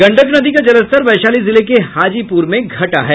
गंडक नदी का जलस्तर वैशाली जिले के हाजीपुर में घटा है